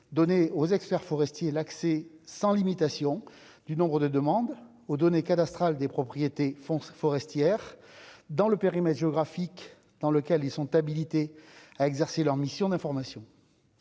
donner aux experts forestiers l'accès sans limitation du nombre des demandes aux données cadastrales des propriétés font forestière dans le périmètre géographique dans lequel ils sont habilités à exercer leur mission d'information,